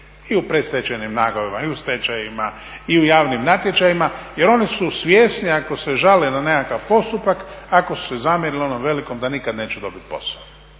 I u predstečajnim nagodbama i u stečajevima i u javnim natječajima jer oni su svjesni ako se žale na nekakav postupak ako se zamjere onom velikom da nikad neće dobiti posao.